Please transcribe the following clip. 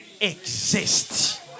exist